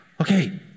Okay